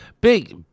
Big